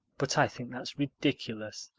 but i think that's ridiculous.